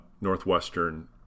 Northwestern